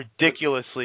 ridiculously